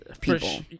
people